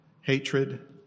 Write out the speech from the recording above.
hatred